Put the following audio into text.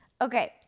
okay